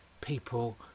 people